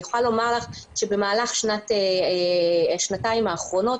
אני יכולה לומר לך שבמהלך השנתיים האחרונות